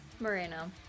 Moreno